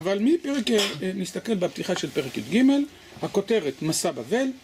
אבל מפרק, אה... נסתכל בפתיחה של פרק י"ג, הכותרת: מסע בבל.